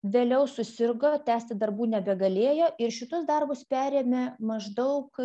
vėliau susirgo tęsti darbų nebegalėjo ir šitus darbus perėmė maždaug